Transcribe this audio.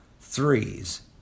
threes